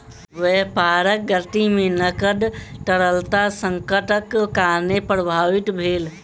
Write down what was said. व्यापारक गति में नकद तरलता संकटक कारणेँ प्रभावित भेल